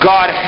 God